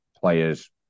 players